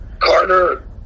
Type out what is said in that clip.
Carter